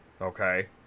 Okay